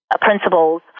principles